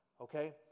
Okay